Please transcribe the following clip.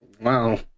Wow